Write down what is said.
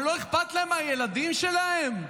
אבל לא אכפת להן מהילדים שלהן?